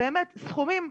באמת סכומים.